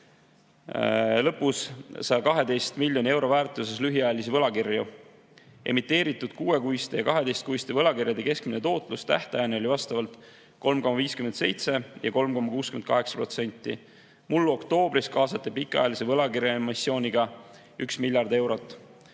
lõpus 112 miljoni euro väärtuses lühiajalisi võlakirju. Emiteeritud kuuekuiste ja 12-kuiste võlakirjade keskmine tootlus tähtajani oli vastavalt 3,57% ja 3,68%. Mullu oktoobris kaasati pikaajalise võlakirjaemissiooniga 1 miljard eurot.